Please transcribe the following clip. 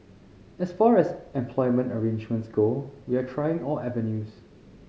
as far as employment arrangements go we are trying all avenues